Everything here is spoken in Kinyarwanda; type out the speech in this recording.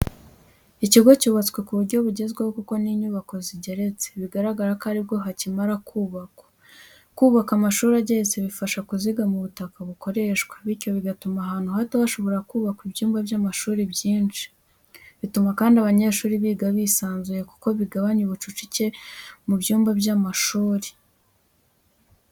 Ikigo cyubatswe ku buryo bugezweho kuko ni inyubako zigeretse, bigaragara ko ari bwo akimara kubakwa. Kubaka amashuri ageretse bifasha kuzigama ubutaka bukoreshwa, bityo bigatuma ahantu hato hashoboka kubakwa ibyumba by'amashuri byinshi. Bituma kandi abanyeshuri biga bisanzuye kuko bigabanya ubucucike mu byumba by’amashuri.